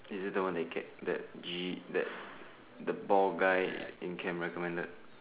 is it the one that get that G that the ball guy he recommended